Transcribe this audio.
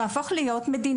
אנחנו נהפוך למדינה